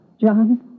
John